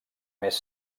més